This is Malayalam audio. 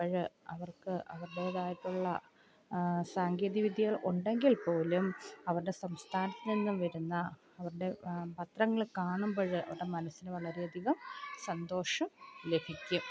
അപ്പോൾ അവർക്ക് അവരുടേതായിട്ടുള്ള സാങ്കേദ്യവിദ്യകൾ ഉണ്ടെങ്കിൽപ്പോലും അവരുടെ സംസ്ഥാനത്ത് നിന്നും വരുന്ന അവരുടെ പത്രങ്ങൾ കാണുമ്പോൾ അവരുടെ മനസ്സിൽ വളരെയധികം സന്തോഷം ലഭിക്കും